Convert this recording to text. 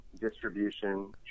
distribution